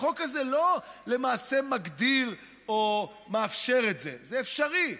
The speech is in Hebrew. החוק הזה לא מגדיר או מאפשר את זה, זה אפשרי.